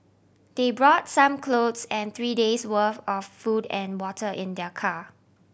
they brought some clothes and three days' worth of food and water in their car